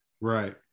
Right